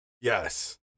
Yes